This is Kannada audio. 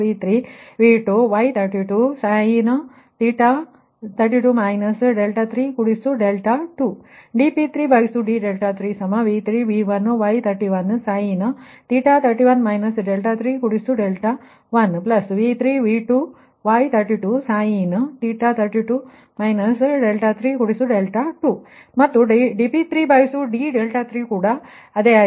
dP3d2 V3V2Y32sin 32 32 dP3d3V3V1Y31sin 31 31 V3V2Y32sin 32 32 ಮತ್ತು dP2d3 ಕೂಡ ಅದೇ ವಿಷಯ ಸರಿ ಆದ್ದರಿಂದ ಅದೇ ರೀತಿdP2d2 ಮತ್ತುdP2d3 ಕೂಡ ಹಾಗೆಯೇ ಇರುವುದು